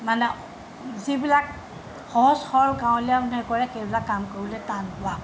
মানে যিবিলাক সহজ সৰল গাঁৱলীয়া মানুহে কৰে সেইবিলাক কাম কৰিবলৈ টান পোৱা হ'ল